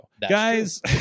Guys